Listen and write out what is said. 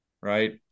Right